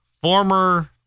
former